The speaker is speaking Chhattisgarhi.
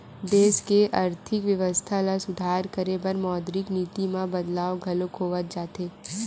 देस के आरथिक बेवस्था ल सुधार करे बर मौद्रिक नीति म बदलाव घलो होवत जाथे